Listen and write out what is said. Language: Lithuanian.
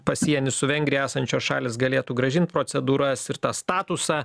pasieny su vengrija esančios šalys galėtų grąžint procedūras ir tą statusą